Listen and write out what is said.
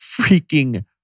freaking